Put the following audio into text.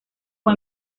fue